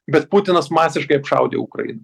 bet putinas masiškai apšaudė ukrainą